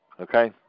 Okay